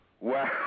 Wow